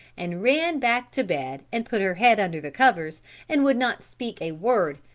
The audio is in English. and ran back to bed and put her head under the covers and would not speak a word,